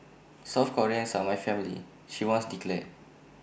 South Koreans are my family she once declared